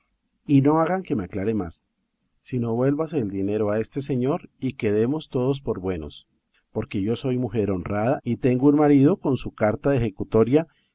y no hagan que me aclare más sino vuélvase el dinero a este señor y quedemos todos por buenos porque yo soy mujer honrada y tengo un marido con su carta de ejecutoria